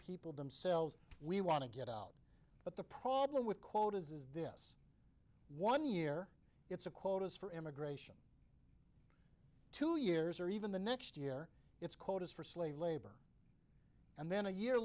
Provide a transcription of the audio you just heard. people themselves we want to get out but the problem with quotas is this one year it's a quotas for immigration two years or even the next year it's quotas for slave labor and then a year